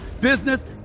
business